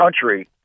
country